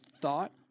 thought